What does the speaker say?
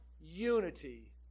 unity